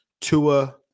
Tua